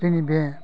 जोंनि बे